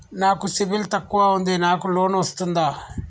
నాకు సిబిల్ తక్కువ ఉంది నాకు లోన్ వస్తుందా?